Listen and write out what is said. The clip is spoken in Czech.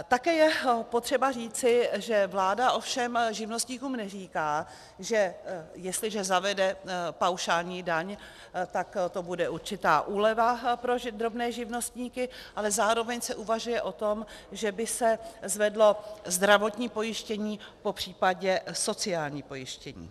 Také je potřeba říci, že vláda ovšem živnostníkům neříká, že jestliže zavede paušální daň, tak to bude určitá úleva pro drobné živnostníky, ale zároveň se uvažuje o tom, že by se zvedlo zdravotní pojištění, popřípadě sociální pojištění.